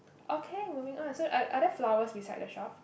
okay moving on so are are there flowers beside the shop